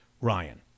Ryan